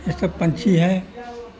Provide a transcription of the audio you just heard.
یہ سب پنچھی ہے